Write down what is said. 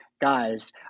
guys